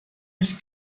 ich